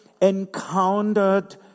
encountered